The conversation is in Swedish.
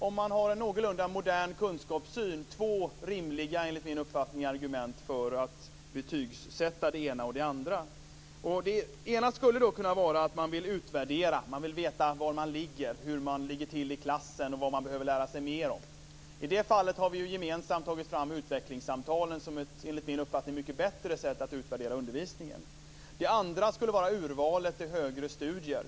Om man har en någorlunda modern kunskapssyn så finns det, enligt min uppfattning, två rimliga argument för att betygsätta något. Det ena argumentet skulle vara att man vill göra en utvärdering för att få reda på hur man ligger till i klassen och vad man behöver lära sig mer om. Men för det här ändamålet har vi ju gemensamt tagit fram utvecklingssamtalet, som enligt min uppfattning är ett mycket bättre sätt att utvärdera undervisningen. Det andra argumentet för betygssättning är urvalet till högre studier.